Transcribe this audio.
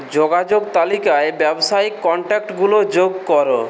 যোগাযোগ তালিকায় ব্যবসায়িক কন্ট্যাক্টগুলো যোগ করো